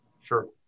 Sure